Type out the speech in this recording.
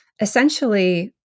essentially